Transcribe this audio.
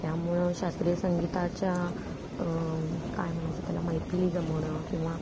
त्यामुळं शास्त्रीय संगीताच्या काय म्हणायचं त्याला मैफिली जमवणं किंवा